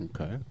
Okay